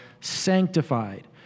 sanctified